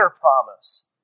promise